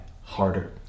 harder